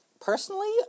Personally